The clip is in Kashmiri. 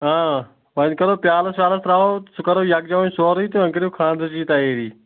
اۭں وۄںۍ کَرو پیٛالَس ویٛالَس ترٛاوَو سُہ کَرو یَکجاہ وۄںۍ سورٕے تہٕ وۄںۍ کٔرِو خاندرٕچی تیٲری